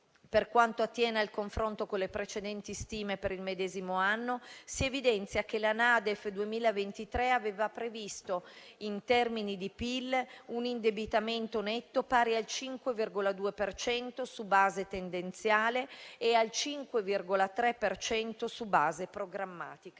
Per quanto attiene al confronto con le precedenti stime per il medesimo anno, si evidenzia che la NADEF 2023 aveva previsto, in termini di PIL, un indebitamento netto pari al 5,2 per cento su base tendenziale e al 5,3 per cento su base programmatica.